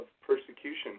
persecution